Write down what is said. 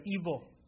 evil